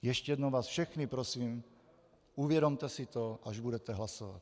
Ještě jednou vás všechny prosím, uvědomte si to, až budete hlasovat.